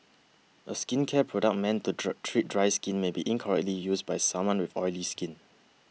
a skincare product meant to true treat dry skin may be incorrectly used by someone with oily skin